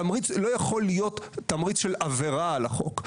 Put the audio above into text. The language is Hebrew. התמריץ לא יכול להיות תמריץ של עבירה על החוק.